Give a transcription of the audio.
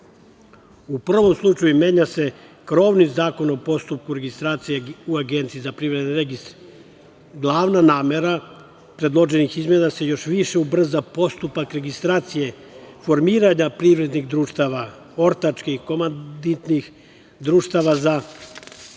prvom slučaju menja se krovni Zakon o postupku registracije u Agenciji za privredne registre. Glavna namera predloženih izmena je da se još više ubrza postupak registracije formiranja privrednih društava, ortačkih, društava za